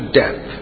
death